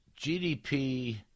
GDP